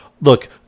Look